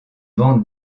bande